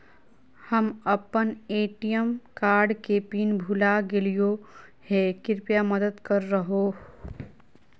हम अप्पन ATM card के पिन भुला गेलिओ हे कृपया मदद कर हो